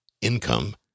income